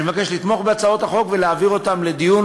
אני מבקש לתמוך בהצעות החוק ולהעביר אותן לדיון